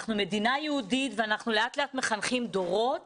אנחנו מדינה יהודית ואנחנו לאט לאט מחנכים דורות